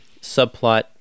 subplot